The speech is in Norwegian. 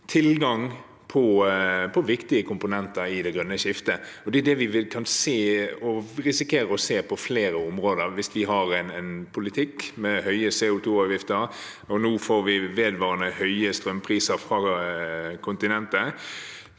tilgang på viktige komponenter i det grønne skiftet. Det er det vi kan risikere å se på flere områder hvis vi har en politikk med høye CO2avgifter. Nå får vi også vedvarende høye strømpriser fra kontinentet,